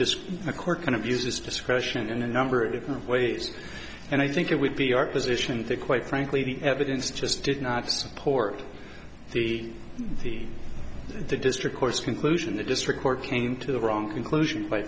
just a court kind of uses discretion in a number of different ways and i think it would be our position to quite frankly the evidence just did not support the the the district courts conclusion the district court came to the wrong conclusion